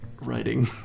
writing